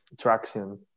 traction